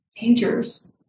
dangers